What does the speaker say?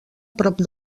prop